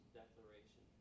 declaration